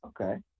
Okay